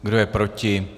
Kdo je proti?